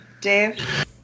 Dave